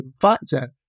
factor